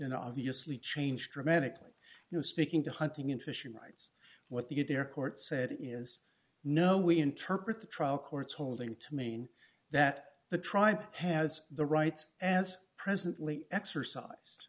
and obviously changed dramatically no speaking to hunting and fishing rights what they did their court said is no we interpret the trial court's holding to mean that the tribe has the rights and is presently exercise